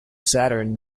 saturn